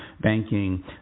banking